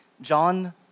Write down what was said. John